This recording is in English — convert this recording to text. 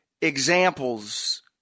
examples